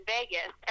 Vegas